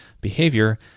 behavior